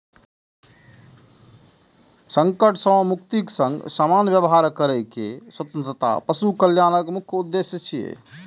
संकट सं मुक्तिक संग सामान्य व्यवहार करै के स्वतंत्रता पशु कल्याणक मुख्य उद्देश्य छियै